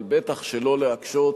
אבל בטח שלא להקשות.